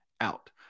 out